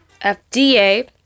FDA